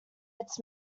its